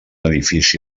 edifici